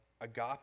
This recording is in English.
agape